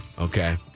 Okay